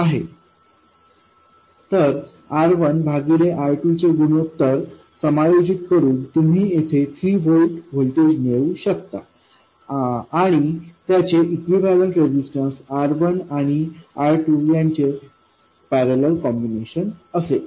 तर आर R1भागिले R2 चे गुणोत्तर समायोजित करून तुम्ही येथे 3 व्होल्ट व्होल्टेज मिळवू शकता आणि त्याचे इक्विवेलेंट रेजिस्टन्स R1आणि R2 यांचे पैरलेल कॉम्बिनेशन असेल